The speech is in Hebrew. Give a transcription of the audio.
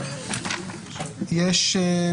אין בעיה.